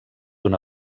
una